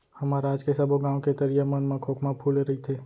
हमर राज के सबो गॉंव के तरिया मन म खोखमा फूले रइथे